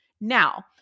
Now